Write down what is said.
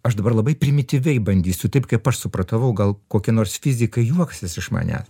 aš dabar labai primityviai bandysiu taip kaip aš supratau gal kokie nors fizikai juoksis iš manęs